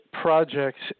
projects